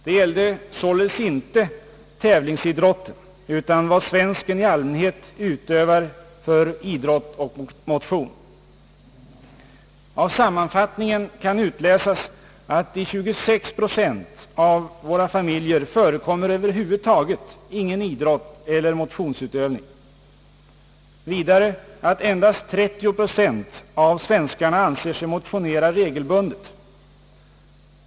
Det gäller således inte tävlingsidrotten, utan vad svensken i allmänhet utövar för idrott och motion. Av sammanfattningen kan utläsas att i 26 procent av våra familjer förekommer över huvud taget ingen idrott eller motionsutövning och att endast 30 procent av svenskarna anser sig motionera regelbundet.